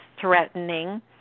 threatening